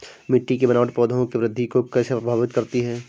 मिट्टी की बनावट पौधों की वृद्धि को कैसे प्रभावित करती है?